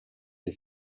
les